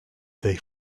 they